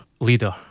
leader